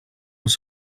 els